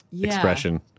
expression